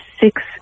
six